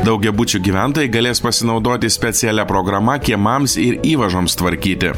daugiabučių gyventojai galės pasinaudoti specialia programa kiemams ir įvažoms tvarkyti